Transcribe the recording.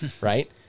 right